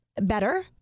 better